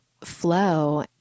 flow